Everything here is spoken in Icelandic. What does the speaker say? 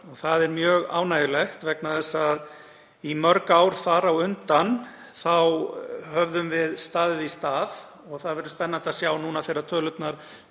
Það er mjög ánægjulegt vegna þess að í mörg ár þar á undan höfðum við staðið í stað. Það verður spennandi að sjá núna þegar tölurnar